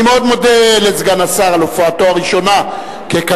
אני מאוד מודה לסגן השר על הופעתו הראשונה ככזה.